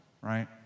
Right